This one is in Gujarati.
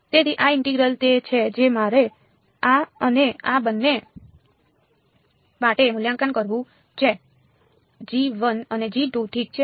તેથી આ ઇન્ટેગ્રલ તે છે જે મારે આ અને આ બંને માટે મૂલ્યાંકન કરવું છે અને ઠીક છે